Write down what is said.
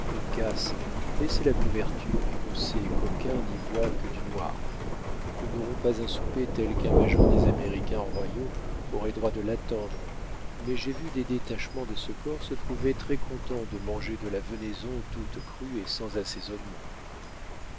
baissez la couverture et que ces coquins n'y voient que du noir nous n'aurons pas un souper tel qu'un major des américains royaux aurait droit de l'attendre mais j'ai vu des détachements de ce corps se trouver très contents de manger de la venaison toute crue et sans assaisonnement